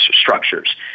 structures